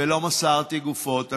ולא מסרתי גופות.